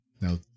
Now